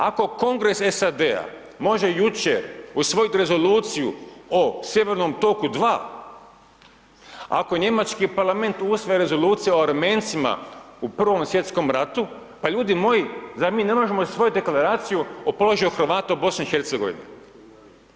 Ako Kongres SAD-a može jučer usvojiti Rezoluciju o Sjevernom toku II, ako njemački Parlament usvaja Rezoluciju o Armencima u I. svj. ratu, pa ljudi moji, zar mi ne možemo usvojiti Deklaraciju o položaju Hrvata u BiH-u?